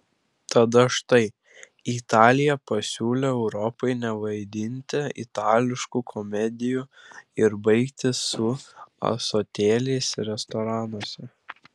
tad štai italija pasiūlė europai nevaidinti itališkų komedijų ir baigti su ąsotėliais restoranuose